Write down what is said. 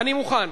אני מוכן,